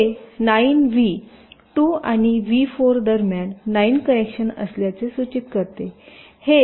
हे 9 व्ही 2 आणि व्ही 4 दरम्यान 9 कनेक्शन असल्याचे सूचित करते